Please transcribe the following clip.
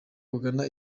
kugana